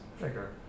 figure